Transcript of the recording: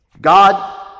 God